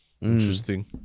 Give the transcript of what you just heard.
Interesting